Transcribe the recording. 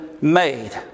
made